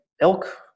elk